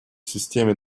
системе